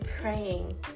praying